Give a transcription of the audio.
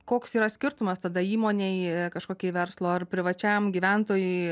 koks yra skirtumas tada įmonei kažkokiai verslo ar privačiam gyventojui